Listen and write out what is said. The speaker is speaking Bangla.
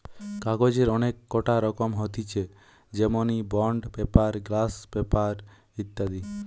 কাগজের অনেক কটা রকম হতিছে যেমনি বন্ড পেপার, গ্লস পেপার ইত্যাদি